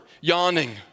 yawning